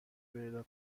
پیدا